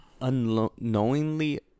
unknowingly